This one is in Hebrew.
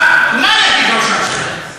עכשיו, מה יגיד ראש הממשלה?